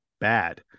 bad